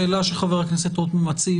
שאלה שחבר הכנסת רוטמן מציב,